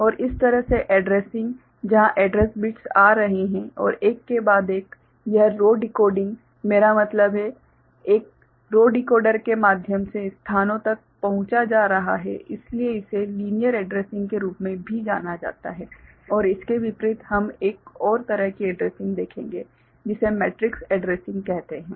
और इस तरह के एड्रेसिंग जहां एड्रेस बिट्स आ रहे हैं और एक के बाद एक यह रो डिकोडिंग मेरा मतलब है एक रो डिकोडर के माध्यम से स्थानों तक पहुँचा जा रहा है इसलिए इसे लीनियर एड्रेसिंग के रूप में भी जाना जाता है और इसके विपरीत हम एक और तरह की एड्रेसिंग देखेंगे जिसे मैट्रिक्स एड्रेसिंग कहते हैं